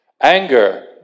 Anger